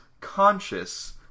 conscious